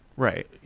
Right